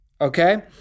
okay